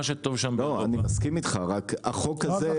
מה שטוב שם- -- עניין הכשרות.